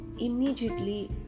immediately